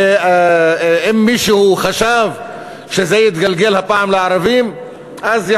ואם מישהו חשב שזה יתגלגל הפעם לערבים אז הוא